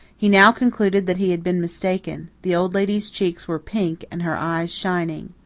he now concluded that he had been mistaken. the old lady's cheeks were pink and her eyes shining.